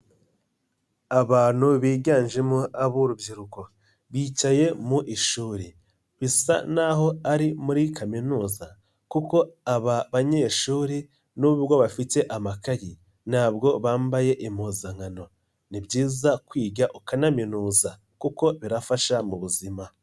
Abantu biganjemo ab'urubyiruko bicaye mu ishuri, bisa n'aho ari muri kaminuza kuko aba banyeshuri n'ubwo bafite amakayi, ntabwo bambaye impuzankano. Ni byiza kwiga ukanaminuza kuko birafasha mu buzima.